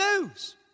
news